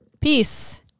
Peace